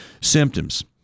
symptoms